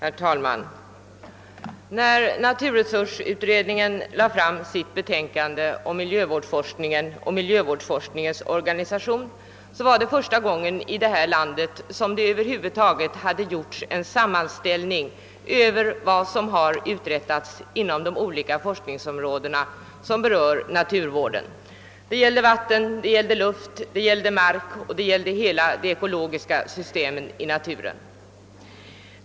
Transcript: Herr talman! När naturresursutredningen lade fram sitt betänkande om miljövårdsforskningen och dess organisation var det första gången här i landet som det över huvud taget hade gjorts en sammanställning av vad som har uträttats inom olika forskningsområden som berör naturvården. Det gäller vatten, luft och mark och det gäller olika ekologiska system i naturen.